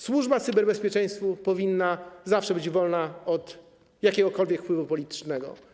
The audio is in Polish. Służba cyberbezpieczeństwu zawsze powinna być wolna od jakiegokolwiek wpływu politycznego.